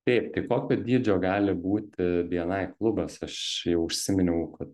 taip tai kokio dydžio gali būti bni klubas aš užsiminiau kad